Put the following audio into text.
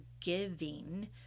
giving